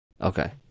Okay